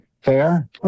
Fair